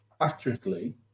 accurately